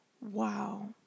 wow